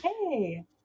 Hey